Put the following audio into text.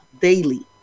daily